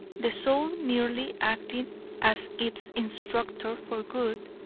the soul merely acting as its instructor for good.